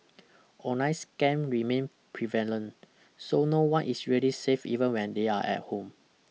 online scam remain prevalent so no one is really safe even when they're at home